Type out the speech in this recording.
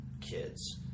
kids